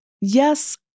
yes